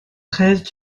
treize